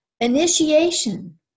initiation